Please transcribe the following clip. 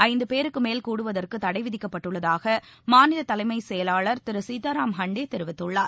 ஐந்து பேருக்கு மேல் கூடுவதற்கு தடை விதிக்கப்பட்டுள்ளதாக மாநில தலைமைச் செயலாளர் திரு சீத்தாராம் ஹண்டே தெரிவித்துள்ளார்